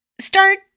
Start